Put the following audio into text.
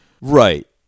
Right